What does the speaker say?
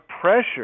pressure